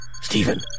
Stephen